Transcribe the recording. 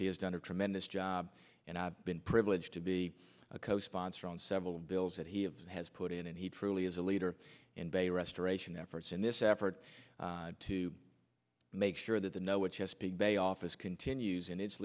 he has done a tremendous job and i've been privileged to be a co sponsor on several bills that he has put in and he truly is a leader in bay restoration efforts in this effort to make sure that the no what chesapeake bay office continues